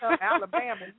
Alabama